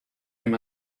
him